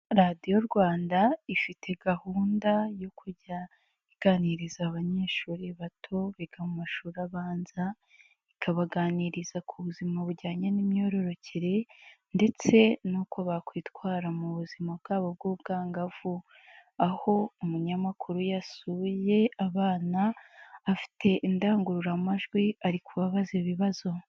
Radiyo Rwanda ifite gahunda yo kujya iganiriza abanyeshuri bato biga mu mashuri abanza, ikabaganiriza ku buzima bujyanye n'imyororokere ndetse nuko bakwitwara mu buzima bwabo bw'ubwangavu, aho umunyamakuru yasuye abana afite indangururamajwi ari kubabaza ibibazo.